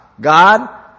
God